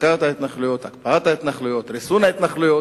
הפסקת ההתנחלויות, הקפאת ההתנחלויות,